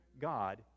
God